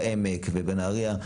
בעמק ובנהריה,